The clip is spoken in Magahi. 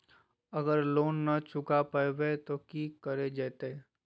अगर लोन न चुका पैबे तो की करल जयते?